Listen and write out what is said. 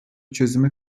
çözüme